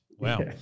Wow